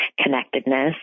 connectedness